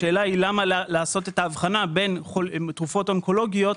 השאלה היא למה לעשות את ההבחנה בין תרופות אונקולוגיות,